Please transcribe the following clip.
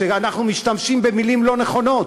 אנחנו משתמשים במילים לא נכונות.